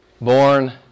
born